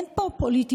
אין פה פוליטיקה,